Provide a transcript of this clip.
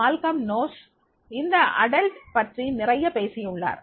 Malcolm Knowles இந்த பெரியவர் பற்றி நிறைய பேசியுள்ளார்